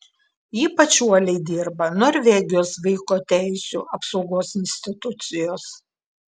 ypač uoliai dirba norvegijos vaiko teisių apsaugos institucijos